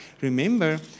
remember